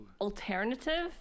Alternative